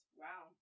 wow